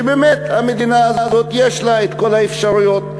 שבאמת המדינה הזאת יש לה את כל האפשרויות,